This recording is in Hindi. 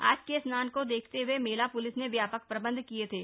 आज के स्नान को देखते हुए मेला पुलिस ने व्यापक प्रबंध किए थे